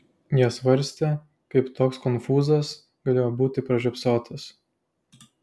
jie svarstė kaip toks konfūzas galėjo būti pražiopsotas